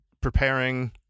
preparing